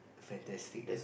fantastic